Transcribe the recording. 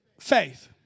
faith